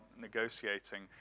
negotiating